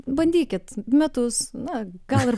bandykit metus na gal ir